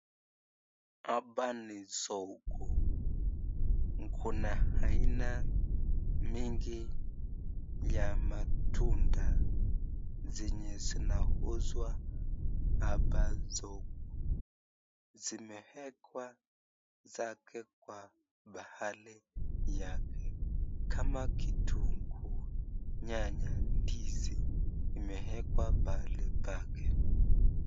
Hapa ni soko kuna aina mingi ya matunda zenye zinauzwa hapa soko zimewekwa zake kwa pahali yake kama kitunguu, nyanya, ndizi imewekwa pahali pake.